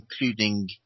including